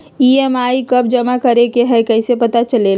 EMI कव जमा करेके हई कैसे पता चलेला?